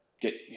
get